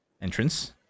entrance